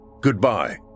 Goodbye